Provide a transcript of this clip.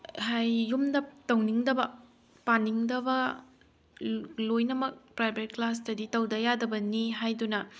ꯌꯨꯝꯗ ꯇꯧꯅꯤꯡꯗꯕ ꯄꯥꯅꯤꯡꯗꯕ ꯂꯣꯏꯅꯃꯛ ꯄ꯭ꯔꯥꯏꯚꯦꯠ ꯀ꯭ꯂꯥꯁꯇꯗꯤ ꯇꯧꯗ ꯌꯥꯗꯕꯅꯤ ꯍꯥꯏꯗꯨꯅ